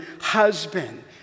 husband